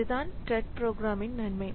இதுதான் த்ரெட் ப்ரோக்ராம்ன் நன்மை